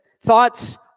thoughts